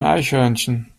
eichhörnchen